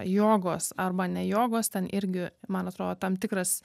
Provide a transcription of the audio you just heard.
jogos arba ne jogos ten irgi man atrodo tam tikras